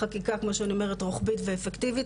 כמו שאני אומרת חקיקה רוחבית ואפקטיבית.